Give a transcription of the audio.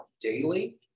daily